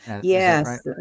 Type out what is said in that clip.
Yes